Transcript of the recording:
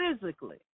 physically